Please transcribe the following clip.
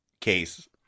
case